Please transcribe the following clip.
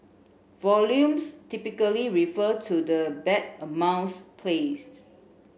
volumes typically refer to the bet amounts placed